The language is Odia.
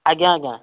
ଆଜ୍ଞା ଆଜ୍ଞା